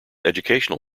educational